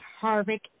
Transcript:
Harvick